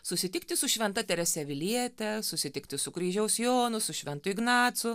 susitikti su šventa terese aviliete susitikti su kryžiaus jonu su šventu ignacu